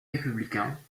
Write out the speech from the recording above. républicains